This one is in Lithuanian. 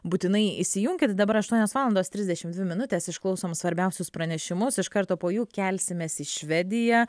būtinai įsijunkit dabar aštuonios valandos trisdešim dvi minutės išklausom svarbiausius pranešimus iš karto po jų kelsimės į švediją